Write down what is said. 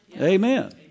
Amen